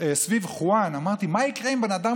סביב ווהאן אמרתי: מה יקרה אם בן אדם